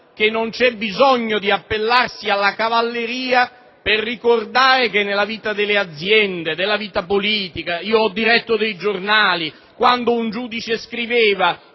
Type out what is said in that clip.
che non ci sia bisogno di appellarsi alla cavalleria per ricordare cosa accade nella vita delle aziende e nella vita politica. Io ho diretto alcuni giornali e quando un giudice scriveva